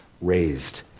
raised